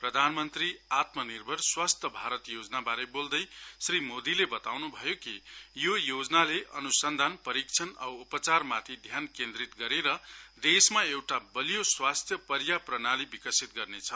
प्रधान मन्त्री आत्मनिर्भर स्वस्थ्य भारत योजनाबारे बोल्दै श्री मोदीले बताउँन् भयो कि यो योजनाले अन्सन्धान परीक्षण औ उपचारमाथि ध्यान केन्द्रित गरेर देशमा एउटा बलियो स्वास्थ्य पर्या प्रणाली विकसित गर्नेछ